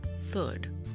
Third